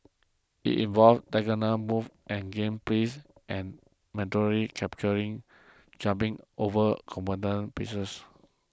it involves diagonal moves of game pieces and mandatory by jumping over opponent pieces